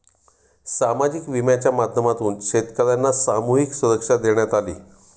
सामाजिक विम्याच्या माध्यमातून शेतकर्यांना सामूहिक सुरक्षा देण्यात आली